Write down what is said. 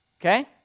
okay